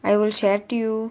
I will share to you